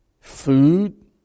food